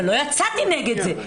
אבל לא יצאתי נגד זה.